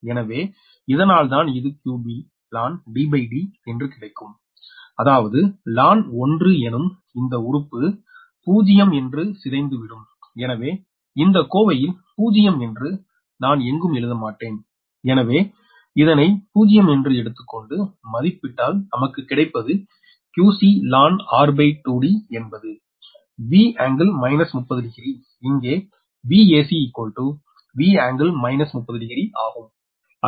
எனவே இதனால்தான் இது 𝑞b ln DDஎன்று கிடைக்கும் அதாவதுln 1எனும் இந்த உறுப்பு 0 என்று சிதைந்து விடும் எனவே இந்த கோவையில் 0 என்று நான் எங்கும் எழுத மாட்டேன் எனவே இதனை 0 என்று எடுத்துக்கொண்டு மதிப்பிடல் நமக்கு கிடைப்பது 𝑞c ln r2Dஎன்பது 𝑉∟−300 டிகிரி இங்கே Vac 𝑉∟−300 டிகிரி ஆகும்